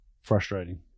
frustrating